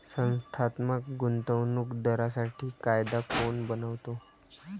संस्थात्मक गुंतवणूक दारांसाठी कायदा कोण बनवतो?